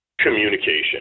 communication